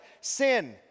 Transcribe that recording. sin